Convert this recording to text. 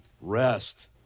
rest